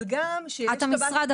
אבל גם ש --- אבל את המשרד.